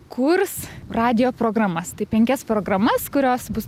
kurs radijo programas tai penkias programas kurios bus